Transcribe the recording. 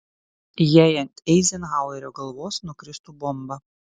jei ant eizenhauerio galvos nukristų bomba